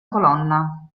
colonna